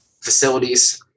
facilities